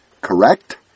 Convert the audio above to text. correct